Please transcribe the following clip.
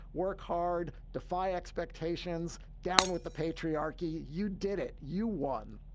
work hard. defy expectations down with the patriarchy. you did it. you won.